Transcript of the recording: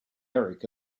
eric